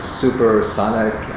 supersonic